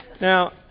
Now